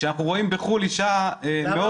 --- כשאנחנו רואים בחו"ל אישה מאוד